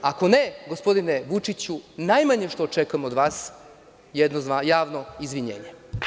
Ako ne, gospodine Vučiću, najmanje što očekujem od vas je jedno javno izvinjenje.